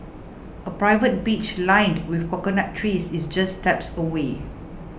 a private beach lined with coconut trees is just steps away